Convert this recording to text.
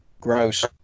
Gross